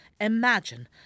Imagine